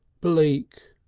bleak!